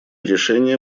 решение